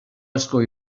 asko